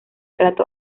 trato